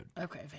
Okay